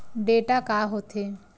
Data का होथे?